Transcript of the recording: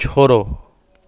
छोड़ो